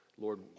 Lord